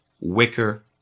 wicker